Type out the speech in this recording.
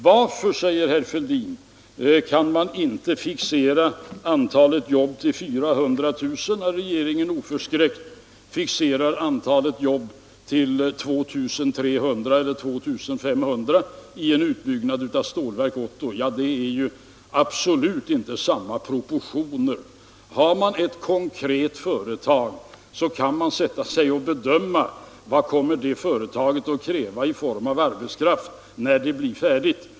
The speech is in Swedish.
Varför, säger herr Fälldin, kan man inte fixera antalet nya jobb till 400 000, när regeringen oförskräckt fixerar antalet jobb till 2 300 eller 2 500 i en utbyggnad av Stålverk 80? Ja, det är ju absolut inte samma proportioner. Har man ett konkret företag, så kan man sätta sig och bedöma vad det företaget kommer att kräva i form av arbetskraft när det blir färdigt.